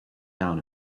down